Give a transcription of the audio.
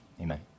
amen